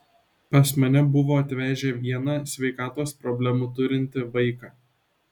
pas mane buvo atvežę vieną sveikatos problemų turintį vaiką